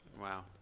Wow